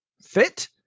fit